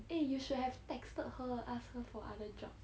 eh you should have texted her ask her for other job